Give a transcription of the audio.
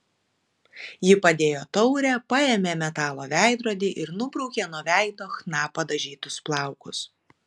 ji padėjo taurę paėmė metalo veidrodį ir nubraukė nuo veido chna padažytus plaukus